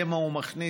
שמא הוא מכניס,